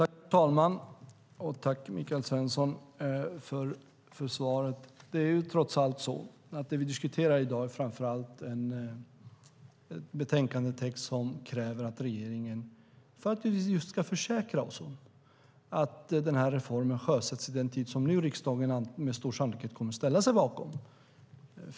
Fru talman! Tack för svaret, Michael Svensson! Det är trots allt så att det vi i dag diskuterar framför allt är en betänkandetext som kräver att regeringen sjösätter reformen inom den tid riksdagen nu med stor sannlikhet kommer att ställa sig bakom.